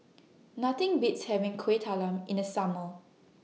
Nothing Beats having Kuih Talam in The Summer